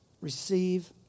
receive